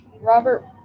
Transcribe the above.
Robert